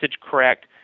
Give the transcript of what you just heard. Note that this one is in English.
correct